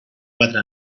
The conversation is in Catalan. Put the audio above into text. quatre